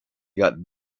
got